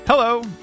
Hello